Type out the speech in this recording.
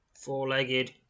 Four-legged